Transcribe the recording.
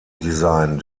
design